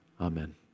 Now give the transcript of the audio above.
Amen